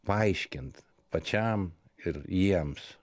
paaiškint pačiam ir jiems